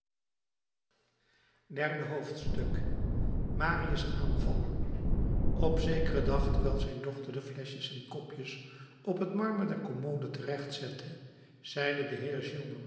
derde hoofdstuk marius aanval op zekeren dag terwijl zijn dochter de fleschjes en kopjes op het marmer der commode terecht zette zeide de